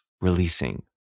releasing